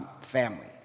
family